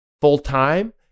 full-time